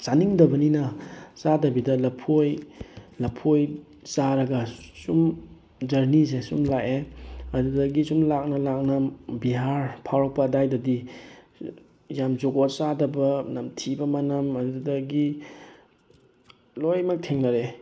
ꯆꯥꯅꯤꯡꯗꯕꯅꯤꯅ ꯆꯥꯗꯕꯤꯗ ꯂꯐꯣꯏ ꯂꯐꯣꯏ ꯆꯥꯔꯒ ꯁꯨꯝ ꯖꯔꯅꯤꯁꯦ ꯁꯨꯝ ꯂꯥꯛꯑꯦ ꯑꯗꯨꯗꯒꯤ ꯁꯨꯝ ꯂꯥꯛꯅ ꯂꯥꯛꯅ ꯕꯤꯍꯥꯔ ꯐꯥꯎꯔꯛꯄ ꯑꯗꯨꯋꯥꯏꯗꯗꯤ ꯌꯥꯝ ꯖꯨꯒꯣꯠ ꯆꯥꯗꯕ ꯅꯝꯊꯤꯕ ꯃꯅꯝ ꯑꯗꯨꯗꯒꯤ ꯂꯣꯏꯅꯃꯛ ꯊꯦꯡꯅꯔꯛꯑꯦ